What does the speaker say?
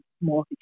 more